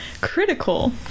critical